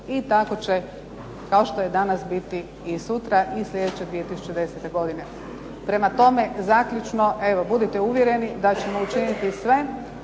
i tako će kao što je danas biti i sutra, i slijedeće 2010. godine. Prema tome, zaključno, evo budite uvjereni da ćemo učiniti sve